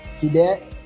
today